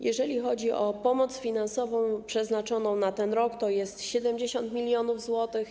Jeżeli chodzi o pomoc finansową przeznaczoną na ten rok, to jest to 70 mln zł.